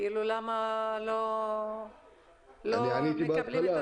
למה לא מקבלים את התקציב?